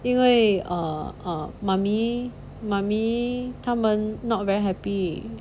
因为 err err mummy mummy 他们 not very happy